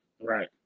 Right